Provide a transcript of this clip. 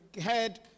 head